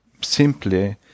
simply